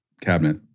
cabinet